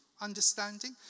understanding